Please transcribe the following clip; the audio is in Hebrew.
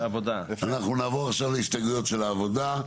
אנחנו נעבור עכשיו להסתייגויות של העבודה.